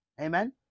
Amen